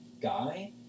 guy